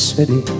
City